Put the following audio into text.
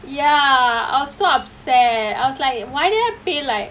ya I was so upset I was like why did I pay like